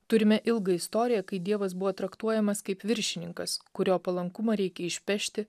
turime ilgą istoriją kai dievas buvo traktuojamas kaip viršininkas kurio palankumą reikia išpešti